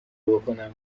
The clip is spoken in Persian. بکنم